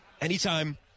Anytime